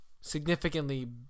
significantly